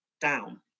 down